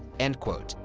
end quote.